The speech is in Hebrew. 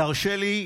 "תרשה לי,